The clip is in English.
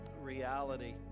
reality